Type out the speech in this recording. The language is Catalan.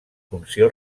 funció